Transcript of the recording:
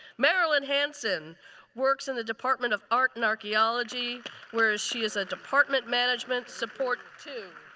marilyn hanson works in the department of art and archaeology where she is a department management support two.